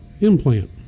implant